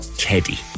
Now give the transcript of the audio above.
Teddy